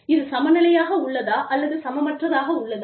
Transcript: இது சமநிலையாக உள்ளதா அல்லது சமமற்றதாக உள்ளதா